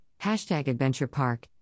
adventurepark